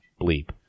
bleep